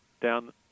down